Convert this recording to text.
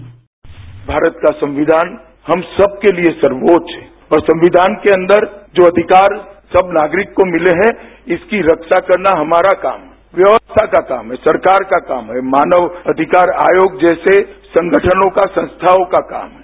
bite Amit Shah Bharat का संविधान हम सबके लिए सर्वोच्च है और संविधान के अन्दर जो अधिकार सव नागरिक को मिले हैं इसकी रक्षा करना हमारा काम है व्यवस्था का काम है सरकार का काम है मानव अधिकार आयोग जैसे संगठनों का संस्थाओं का काम है